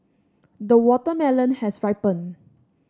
the watermelon has ripened